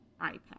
ipad